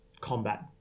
combat